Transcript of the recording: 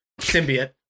symbiote